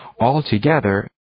Altogether